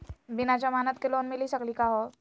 बिना जमानत के लोन मिली सकली का हो?